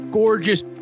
gorgeous